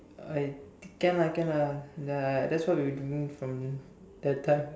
I can lah can lah ya that's what we are doing from that time